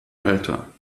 alter